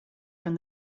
from